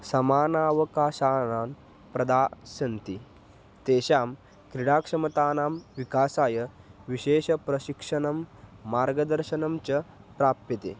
समानावकाशानां प्रदास्यन्ति तेषां क्रीडाक्षमतानां विकासाय विशेषं प्रशिक्षणं मार्गदर्शनं च प्राप्यते